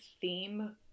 theme